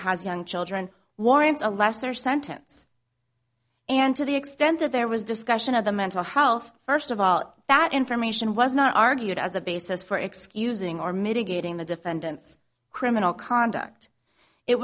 has young children warrants a lesser sentence and to the extent that there was discussion of the mental health first of all that information was not argued as a basis for excusing or mitigating the defendant's criminal conduct it